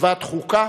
כתיבת חוקה,